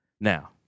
Now